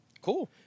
Cool